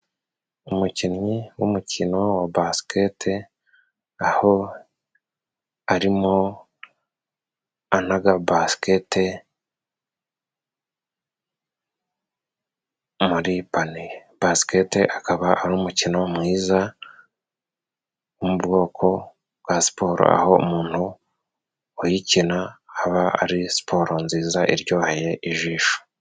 Umukinnyi w'umukino basikete, aho arimo anaga basikete muri paniye, basikete akaba ari umukino mwiza wo mu bwoko bwa siporo, aho umuntu uyikina aba ari siporo nziza iryoheye ijisho.